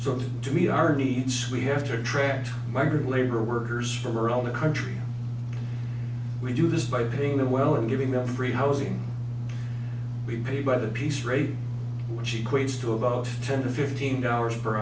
needs we have to attract migrant labor workers from around the country we do this by paying them well and giving them free housing we pay bythepiece rate which equates to about ten to fifteen dollars per